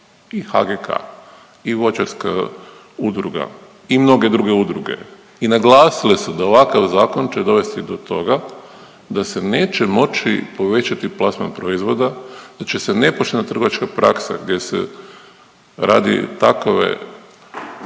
i HGK i voćarska udruga i mnoge druge udruge i naglasile su da ovakav zakon će dovesti do toga da se neće moći povećati plasman proizvoda, da će se nepoštena trgovačka praksa gdje se radi takove